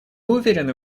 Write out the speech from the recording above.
уверены